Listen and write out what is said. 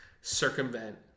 circumvent